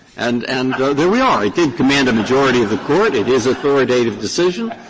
and and there we are. it did command a majority of the court, it is authoritative decision,